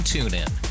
TuneIn